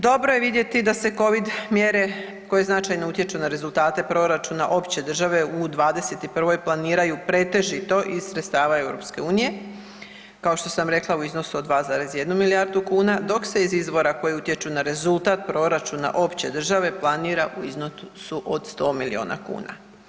Dobro je vidjeti da se covid mjere koje značajno utječu na rezultate proračuna opće države u '21. planiraju pretežito iz sredstava EU, kao što sam rekla u iznosu od 2,1 milijardu kuna, dok se iz izvora koji utječu na rezultat proračuna opće države planira u iznosu od 100 milijuna kuna.